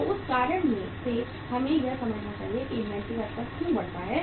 तो उस कारण से हमें यह समझना चाहिए कि इन्वेंट्री का स्तर क्यों बढ़ता है